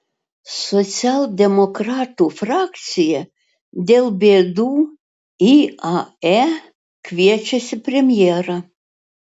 socialdemokratų frakcija dėl bėdų iae kviečiasi premjerą